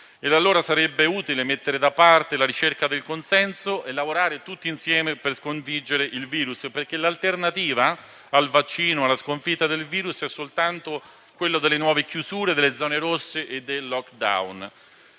E allora sarebbe utile mettere da parte la ricerca del consenso e lavorare tutti insieme per sconfiggere il virus, perché l'alternativa al vaccino e alla sconfitta del virus è soltanto quella delle nuove chiusure, delle zone rosse e del *lockdown*.